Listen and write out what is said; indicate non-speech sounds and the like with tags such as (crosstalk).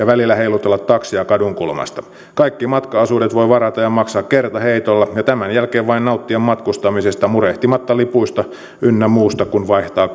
(unintelligible) välillä heilutella taksia kadunkulmasta kaikki matkaosuudet voi varata ja maksaa kertaheitolla ja tämän jälkeen vain nauttia matkustamisesta murehtimatta lipuista ynnä muusta kun vaihtaa (unintelligible)